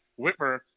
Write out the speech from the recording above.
Whitmer